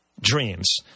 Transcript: dreams